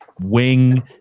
wing